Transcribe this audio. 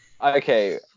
Okay